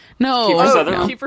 No